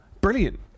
Brilliant